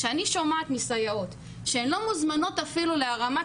כשאני שומעת מסייעות שהן לא מוזמנות אפילו להרמת